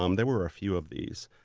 um there were a few of these.